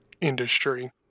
industry